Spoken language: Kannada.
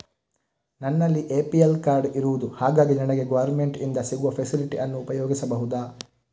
ನನ್ನಲ್ಲಿ ಎ.ಪಿ.ಎಲ್ ಕಾರ್ಡ್ ಇರುದು ಹಾಗಾಗಿ ನನಗೆ ಗವರ್ನಮೆಂಟ್ ಇಂದ ಸಿಗುವ ಫೆಸಿಲಿಟಿ ಅನ್ನು ಉಪಯೋಗಿಸಬಹುದಾ?